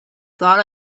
thought